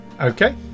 Okay